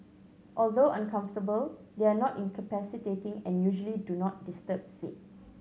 although uncomfortable they are not incapacitating and usually do not disturb sleep